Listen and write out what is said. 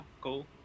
cool